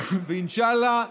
ואינשאללה,